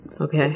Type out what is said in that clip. Okay